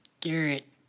Garrett